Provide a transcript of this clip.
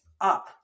up